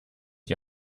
die